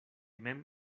mem